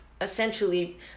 essentially